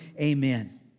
Amen